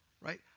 right